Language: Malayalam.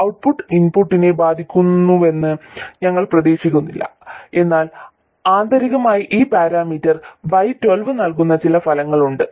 ഔട്ട്പുട്ട് ഇൻപുട്ടിനെ ബാധിക്കുമെന്ന് ഞങ്ങൾ പ്രതീക്ഷിക്കുന്നില്ല എന്നാൽ ആന്തരികമായി ഈ പാരാമീറ്റർ y12 നൽകുന്ന ചില ഫലങ്ങളുണ്ട്